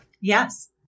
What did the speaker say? Yes